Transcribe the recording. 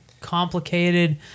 complicated